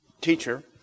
teacher